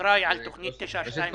האחראי על תוכנית 922,